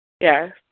Yes